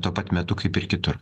tuo pat metu kaip ir kitur